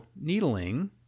needling